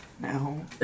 No